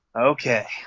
okay